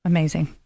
Amazing